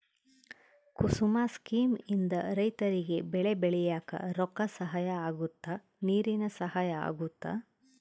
ಕುಸುಮ scheme ಇಂದ ರೈತರಿಗೆ ಬೆಳೆ ಬೆಳಿಯಾಕ ರೊಕ್ಕ ಸಹಾಯ ಅಗುತ್ತ ನೀರಿನ ಸಹಾಯ ಅಗುತ್ತ